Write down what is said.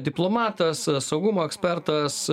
diplomatas saugumo ekspertas